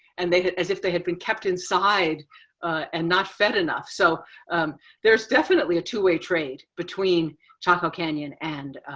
and they had as if they had been kept inside and not fed enough. so there's definitely a two way trade between chaco canyon and